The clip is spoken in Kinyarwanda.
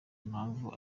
impamvu